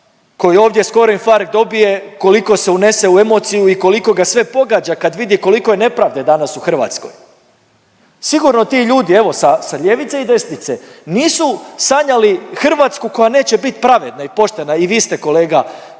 koji ovdje skoro infarkt dobije koliko se unese u emociju i koliko ga sve pogađa kad vidi koliko je nepravde danas u Hrvatskoj. Sigurno ti ljudi, evo sa ljevice i desnice nisu sanjali Hrvatsku koja neće bit pravedna i poštena. I vi ste kolega